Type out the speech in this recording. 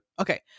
Okay